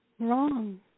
wrong